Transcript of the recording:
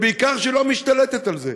בעיקר שהיא לא משתלטת על זה.